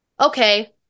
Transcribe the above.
okay